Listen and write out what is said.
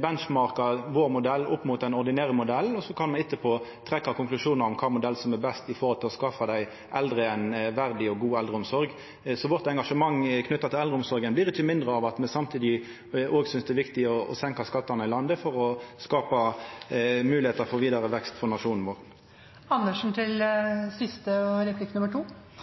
benchmarka vår modell opp mot den ordinære modellen, og så kan me etterpå trekkja konklusjonar om kva modell som er best når det gjeld å skaffa dei eldre ei verdig og god eldreomsorg. Engasjementet vårt knytt til eldreomsorga blir ikkje mindre av at me samtidig synest det er viktig å senka skattane i landet for å skapa moglegheiter for vidare vekst for nasjonen vår. Representanten Njåstad svarte ikke på spørsmålet. Poenget er at man nå har svært mange penger til